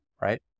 right